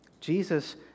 Jesus